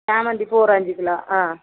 சாமந்திப்பூ ஒரு அஞ்சு கிலோ ஆ